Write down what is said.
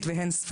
צהריים טובים,